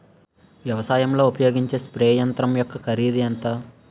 వ్యవసాయం లో ఉపయోగించే స్ప్రే యంత్రం యెక్క కరిదు ఎంత?